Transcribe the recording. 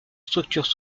structures